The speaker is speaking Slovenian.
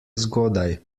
zgodaj